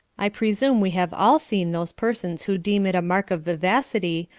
i presume we have all seen those persons who deem it a mark of vivacity,